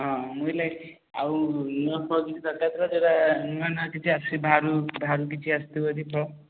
ହଁ ମୁଁ ହେଲେ ଆଉ ନୂଆ ଫୁଆ କିଛି ଦରକାର ଥିଲା ସେଗୁଡ଼ା ନୂଆ ନୂଆ କିଛି ଆସିନି ବାହାରୁ ବାହାରୁ କିଛି ଆସିଥିବ କି କ'ଣ